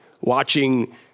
watching